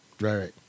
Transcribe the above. right